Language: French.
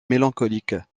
mélancolique